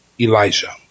Elijah